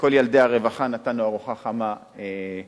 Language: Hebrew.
לכל ילדי הרווחה נתנו ארוחה חמה בקיץ,